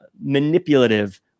manipulative